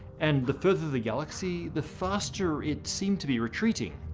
and the further the galaxy the faster it seemed to be retreating.